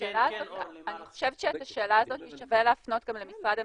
אני חושבת שאת השאלה הזאת שווה להפנות למשרד המשפטים,